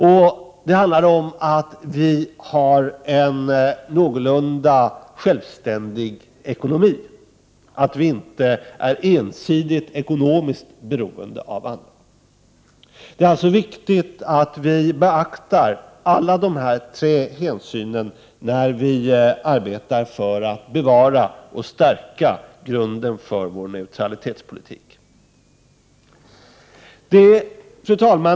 Och det handlar om att vi har en någorlunda självständig ekonomi, att vi inte är ensidigt ekonomiskt beroende av andra. Det är alltså viktigt att vi beaktar alla de här tre hänsynen när vi arbetar för att bevara och stärka grunden för vår neutralitetspolitik. Fru talman!